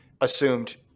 assumed